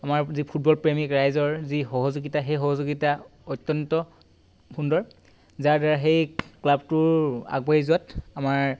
আমাৰ যি ফুটবল প্ৰেমিক ৰাইজৰ যি সহযোগিতা সেই সহযোগিতা অত্যন্ত সুন্দৰ যাৰ দ্বাৰা সেই ক্লাবটোৰ আগবাঢ়ি যোৱাত আমাৰ